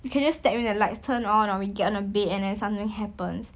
you can just step then the lights turn on or we get on the bed and then something happens